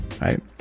right